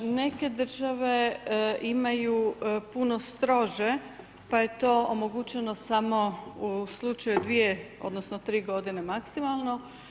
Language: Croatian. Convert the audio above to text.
Neke države imaju puno strože, pa je to omogućeno, samo u slučaju 2 odnosno 3 g. maksimalno.